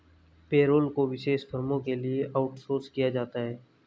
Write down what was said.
payroll को विशेष फर्मों के लिए आउटसोर्स किया जाता है